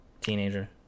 teenager